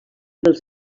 dels